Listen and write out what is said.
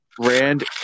Rand